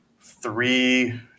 three